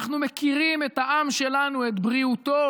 אנחנו מכירים את העם שלנו, את בריאותו,